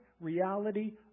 reality